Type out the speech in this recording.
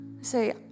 Say